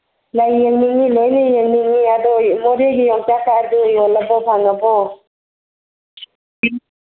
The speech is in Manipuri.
ꯂꯩꯌꯦꯃꯤ ꯂꯣꯏꯅ ꯌꯦꯡꯅꯤꯡꯉꯤ ꯑꯗꯣ ꯃꯣꯔꯦꯒꯤ ꯌꯣꯛꯆꯥꯛꯀꯗꯣ ꯌꯣꯜꯂꯕꯣ ꯐꯪꯉꯕꯣ